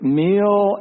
meal